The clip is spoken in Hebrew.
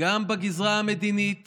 גם בגזרה המדינית